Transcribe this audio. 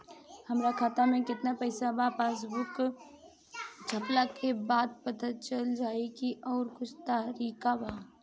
हमरा खाता में केतना पइसा बा पासबुक छपला के बाद पता चल जाई कि आउर कुछ तरिका बा?